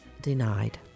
denied